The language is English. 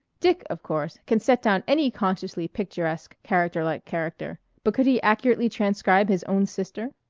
dick, of course, can set down any consciously picturesque, character-like character, but could he accurately transcribe his own sister?